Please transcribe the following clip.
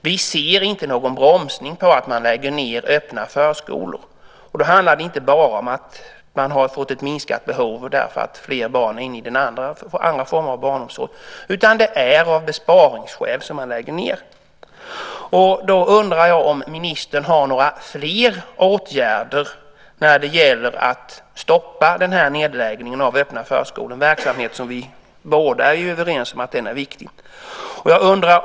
Vi ser inte någon bromsning på att man lägger ned öppna förskolor. Det handlar inte bara om att man har fått ett minskat behov därför att fler barn är inne i andra former av barnomsorg. Det är av besparingsskäl man lägger ned. Jag undrar om ministern har några fler åtgärder för att stoppa nedläggningen av öppna förskolor. Det är en verksamhet som vi båda är överens om är viktig.